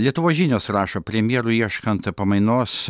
lietuvos žinios rašo premjerui ieškant pamainos